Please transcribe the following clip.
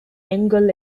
engel